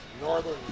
Northern